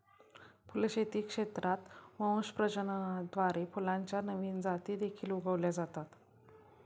फुलशेती क्षेत्रात वंश प्रजननाद्वारे फुलांच्या नवीन जाती देखील उगवल्या जातात